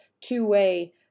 two-way